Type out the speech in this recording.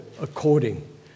according